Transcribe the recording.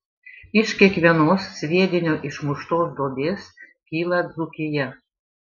iš kiekvienos sviedinio išmuštos duobės kyla dzūkija